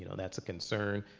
that's a concern.